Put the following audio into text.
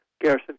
Garrison